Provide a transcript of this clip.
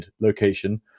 location